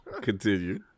Continue